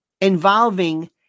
involving